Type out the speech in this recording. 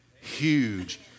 huge